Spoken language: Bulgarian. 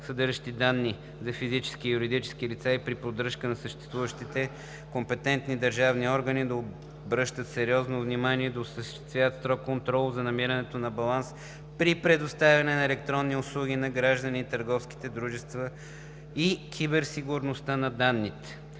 съдържащи данни за физически и юридически лица, и при поддръжката на съществуващите компетентните държавни органи да обръщат сериозно внимание и да осъществяват строг контрол за намирането на баланс при предоставяне на електронни услуги на гражданите и търговските дружества и киберсигурността на данните.